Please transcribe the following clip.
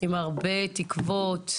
עם הרבה תקוות,